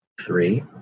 three